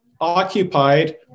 occupied